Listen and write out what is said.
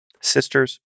sisters